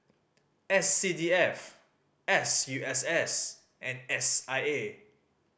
S C D F S U S S and S I A